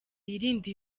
yirinde